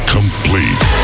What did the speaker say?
Complete